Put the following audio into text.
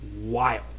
wild